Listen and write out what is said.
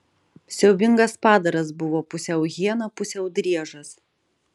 siaubingas padaras buvo pusiau hiena pusiau driežas